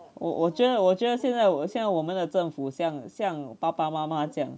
我我觉得我觉得现在我现在我们的政府向向爸爸妈妈这样